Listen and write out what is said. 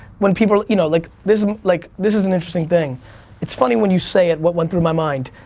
when people, you know like this like this is an interesting thing it's funny when you say it what went through my mind.